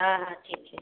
हाँ हाँ ठीक ठीक